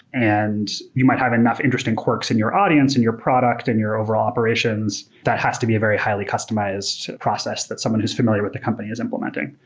and you might have enough interesting quirks in your audience and your product and your overall operations that has to be a very highly customized process, that someone who's familiar with the company is implementing.